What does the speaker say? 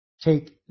take